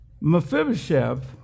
Mephibosheth